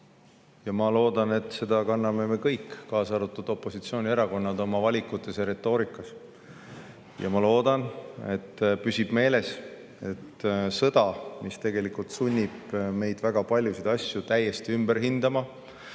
Ma loodan, et seda kanname me kõik, kaasa arvatud opositsioonierakonnad oma valikute ja retoorikaga. Ma loodan, et püsib meeles, et sõda, mis tegelikult sunnib meid väga paljusid asju täiesti ümber hindama,